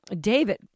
David